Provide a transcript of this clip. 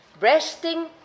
Resting